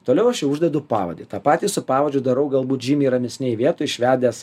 toliau aš jau uždedu pavadį tą patį su pavadžiu darau galbūt žymiai ramesnėj vietoj išvedęs